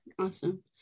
Awesome